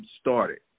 started